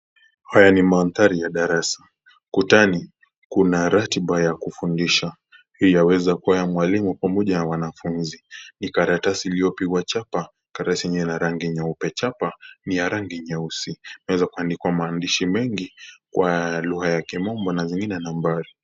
Haya ni mandari ya darasa ukutani kuna ratiba ya kufundisha ila yaweza kuwa mwalimu pamoja na mwanafunzi, ni karatasi iliyopigwa chapa ni karatasi aina ya rangi nyeupe chapa ni ya rangi nyeusi na kuandikwa maandishi mengi kwa lugha ya kimombo na zingine nambari.